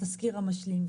התזכיר המשלים,